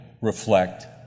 reflect